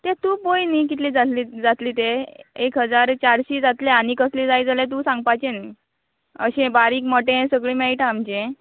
तें तूं पळय न्हय कितलें जाहले जातलें तें एक हजार चारशीं जातलें आनी कसलें जाय जाल्यार तूं सांगपाचे अशें बारीक मोटें सगळें मेळटा आमचें